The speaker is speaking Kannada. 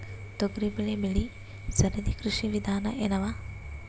ತೊಗರಿಬೇಳೆ ಬೆಳಿ ಸರದಿ ಕೃಷಿ ವಿಧಾನ ಎನವ?